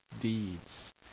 deeds